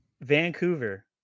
Vancouver